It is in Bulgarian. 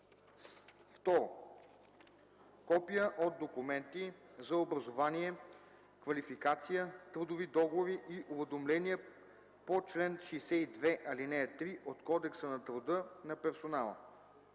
2. копия от документи за образование, квалификация, трудови договори и уведомления по чл. 62, ал. 3 от Кодекса на труда на персонала;